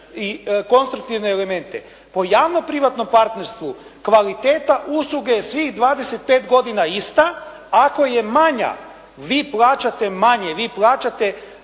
i konstruktivne elemente. Po javno privatnom partnerstvu, kvaliteta usluge je svih 25 godina ista, ako je manja, vi plaćate manje, vi plaćate